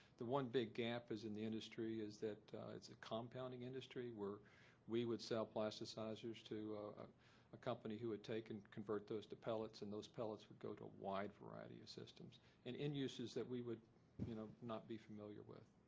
the one big gap is in the industry is that it's a compounding industry where we would sell plasticizers to ah a company who would take and convert those to pellets and those pellets would go to a wide variety of systems and end uses that we would you know not be familiar with.